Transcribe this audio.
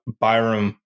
Byram